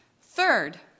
Third